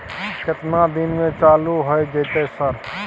केतना दिन में चालू होय जेतै सर?